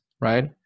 right